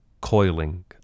Coiling